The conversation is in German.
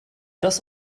das